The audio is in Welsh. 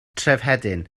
trefhedyn